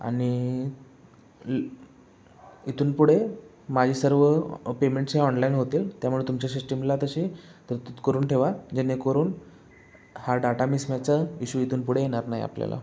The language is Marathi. आणि ल इथून पुढे माझी सर्व पेमेंटचे ऑनलाईन होतील त्यामुळे तुमच्या सिश्टीमला तशी तरतूद करून ठेवा जेणेकरून हा डाटा मिसम्याचचा इशू इथून पुढे येणार नाही आपल्याला